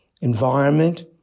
environment